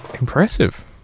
impressive